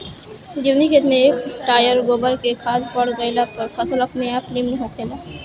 जवनी खेत में एक टायर गोबर के खाद पड़ गईल बा फसल अपनेआप निमन होखेला